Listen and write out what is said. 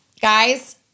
guys